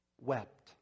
wept